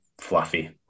fluffy